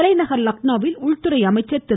தலைநகர் லக்னோவில் உள்துறை அமைச்சர் திரு